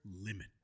limit